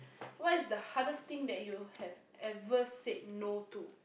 what is the hardest thing that you have ever said no to